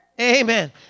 Amen